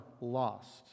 lost